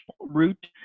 route